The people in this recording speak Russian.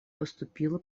поступила